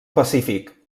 pacífic